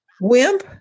Wimp